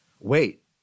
wait